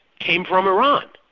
came from iran.